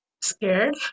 scared